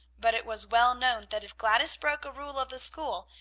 but it was well known that if gladys broke a rule of the school,